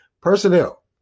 Personnel